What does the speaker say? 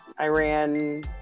Iran